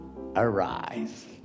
Arise